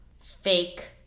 Fake